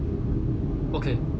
okay